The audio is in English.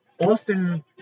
Austin